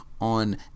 on